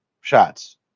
shots